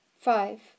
five